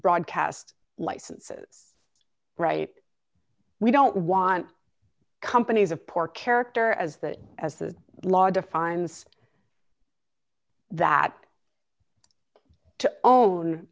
broadcast licenses right we don't want companies of poor character as that as the law defines that